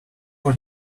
for